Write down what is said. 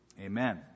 amen